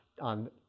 on